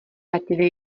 ztratili